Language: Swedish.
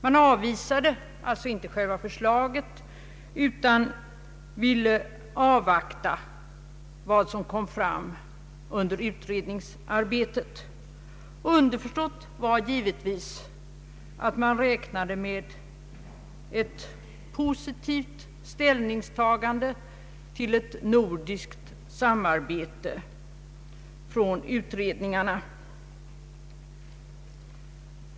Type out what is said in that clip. Man avvisade alltså inte själva förslaget utan ville avvakta vad som kom fram under utredningsarbetet. Underförstått var givetvis att man räknade med ett positivt ställningstagande till det nordiska samarbetet från utredningarna.